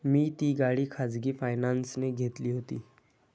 मी ती गाडी खाजगी फायनान्सने घेतली होती